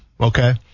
okay